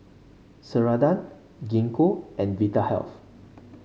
Ceradan Gingko and Vitahealth